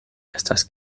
estas